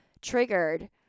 triggered